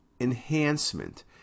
enhancement